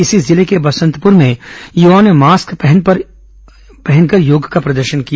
इसी जिले के बसंतपुर में युवाओं ने मास्क पहनकर योग का प्रदर्शन किया